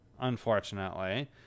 unfortunately